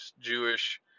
Jewish